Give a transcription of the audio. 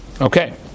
okay